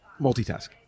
multitask